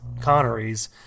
Connery's